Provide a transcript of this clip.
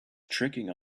tricking